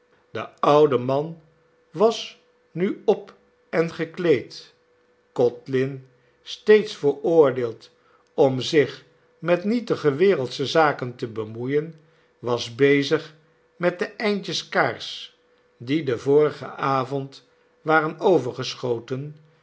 de oude man was nu op en gekleed codlin steeds veroordeeld om zich met nietige wereldsche zaken te bemoeien was bezig met de eindjes kaars die den vorigen avond waren